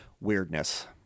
weirdness